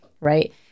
right